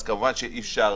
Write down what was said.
אז כמובן שאי אפשר